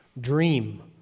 dream